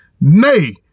Nay